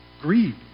Greed